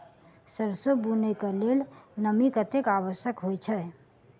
सैरसो बुनय कऽ लेल नमी कतेक आवश्यक होइ छै?